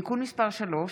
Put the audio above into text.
(תיקון) (תיקון מס' 3),